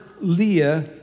Leah